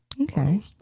Okay